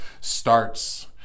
starts